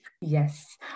Yes